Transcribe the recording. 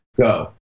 go